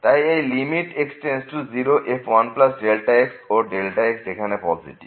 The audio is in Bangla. তাই এই লিমিট x→0 এবং f 1x ও x যেখানে পজেটিভ